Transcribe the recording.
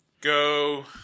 Go